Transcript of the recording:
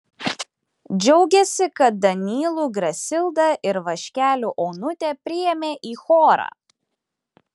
džiaugėsi kad danylų grasildą ir vaškelių onutę priėmė į chorą